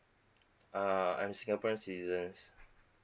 uh I'm singaporean citizen